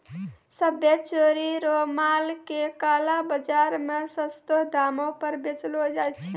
सभ्भे चोरी रो माल के काला बाजार मे सस्तो दामो पर बेचलो जाय छै